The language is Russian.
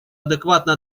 адекватно